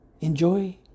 enjoy